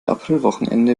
aprilwochenende